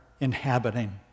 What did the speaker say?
inhabiting